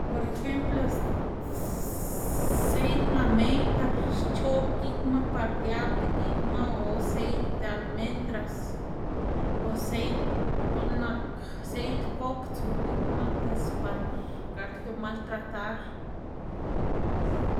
Por ejemplo seit mamey par c̲h̲oꞌb gikma, par giabda gikma, o seit almendras o seit guꞌn nak seit kok tsu gikma pues par gakdu maltratar.